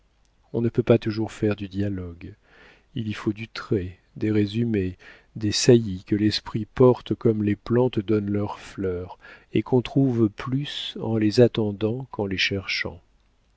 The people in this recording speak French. on ne peut pas toujours faire du dialogue il y faut du trait des résumés des saillies que l'esprit porte comme les plantes donnent leurs fleurs et qu'on trouve plus en les attendant qu'en les cherchant